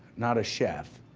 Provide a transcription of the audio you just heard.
not a chef,